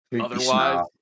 Otherwise